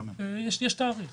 יש כבר תאריך